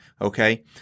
okay